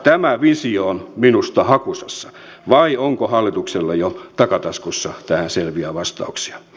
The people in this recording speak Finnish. tämä visio on minusta hakusessa vai onko hallituksella jo takataskussa tähän selviä vastauksia